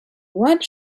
what